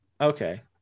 Okay